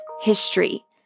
history